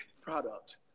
product